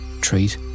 treat